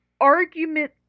argument